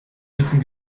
müssen